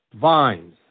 vines